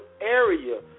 area